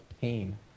Pain